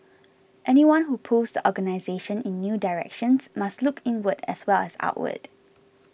anyone who pulls the organisation in new directions must look inward as well as outward